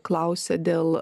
klausė dėl